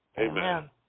amen